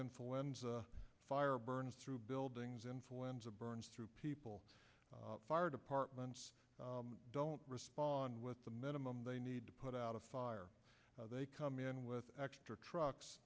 influenza fire burns through buildings influenza burns through people fire departments don't respond with the minimum they need to put out a fire they come in with extra trucks